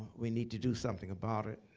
we need to do something about it.